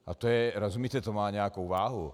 A to, rozumíte, má nějakou váhu!